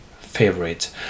favorite